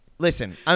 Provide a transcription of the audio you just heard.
Listen